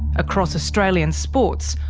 across australian sports,